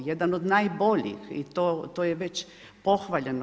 Jedan od najboljih i to je već pohvaljeno.